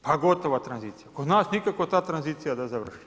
Pa gotova tranzicija, kod nas nikako ta tranzicija da završi.